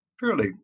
fairly